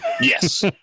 Yes